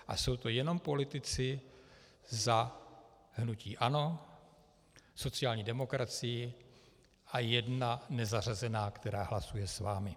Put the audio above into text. A jsou to jenom politici za hnutí ANO, sociální demokracii a jedna nezařazená, která hlasuje s vámi.